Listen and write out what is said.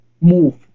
move